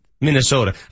Minnesota